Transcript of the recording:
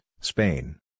Spain